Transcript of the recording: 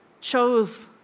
chose